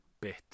bit